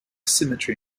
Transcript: symmetry